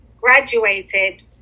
graduated